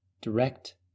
direct